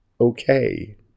okay